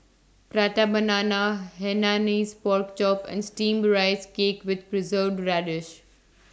Prata Banana Hainanese Pork Chop and Steamed Rice Cake with Preserved Radish